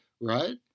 right